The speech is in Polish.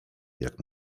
jak